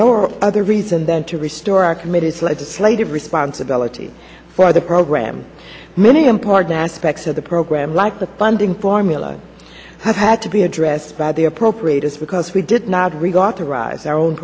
no other reason than to restore our committed to legislative responsibility for the program many important aspects of the program like the funding formula have had to be addressed by the appropriate us because we did not regard to rise our own